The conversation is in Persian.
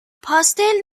پاستل